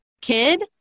kid